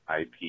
IP